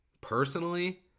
Personally